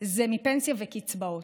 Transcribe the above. זה מפנסיה ומקצבאות.